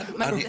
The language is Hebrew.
באמת,